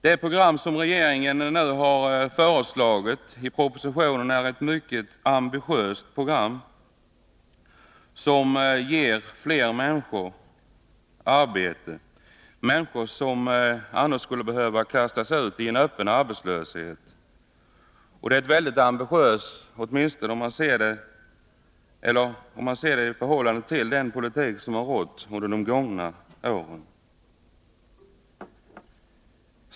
Det program som regeringen har föreslagit i propositionen är mycket ambitiöst. Fler människor får därmed arbete, människor som annars skulle kastas ut i öppen arbetslöshet. Programmet är som sagt mycket ambitiöst, åtminstone om man betraktar det i förhållande till den politik som förts under de gångna åren.